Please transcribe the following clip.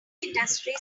industry